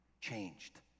changed